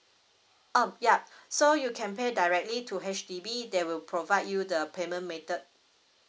um yup so you can pay directly to H_D_B they will provide you the payment method